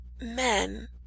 men